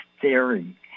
Theory